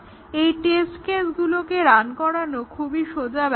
এই টেস্ট কেসগুলোকে রান করানো খুবই সোজা ব্যাপার